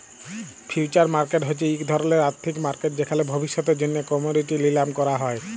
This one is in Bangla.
ফিউচার মার্কেট হছে ইক ধরলের আথ্থিক মার্কেট যেখালে ভবিষ্যতের জ্যনহে কমডিটি লিলাম ক্যরা হ্যয়